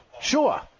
Sure